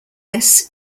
less